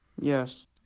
Yes